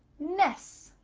ness,